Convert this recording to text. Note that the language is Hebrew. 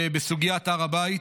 בסוגיית הר הבית,